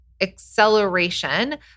acceleration